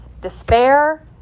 despair